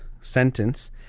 sentence